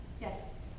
Yes